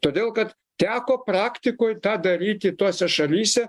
todėl kad teko praktikoj tą daryti tose šalyse